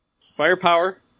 Firepower